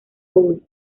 paul